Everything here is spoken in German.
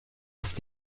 ist